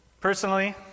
Personally